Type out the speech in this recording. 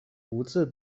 独自